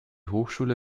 hochschule